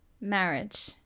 marriage